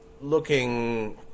looking